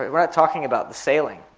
we're not talking about the sailing.